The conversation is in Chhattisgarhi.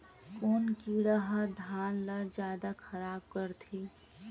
कोन कीड़ा ह धान ल जादा खराब करथे?